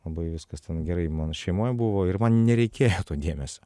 labai viskas ten gerai mano šeimoj buvo ir man nereikėjo to dėmesio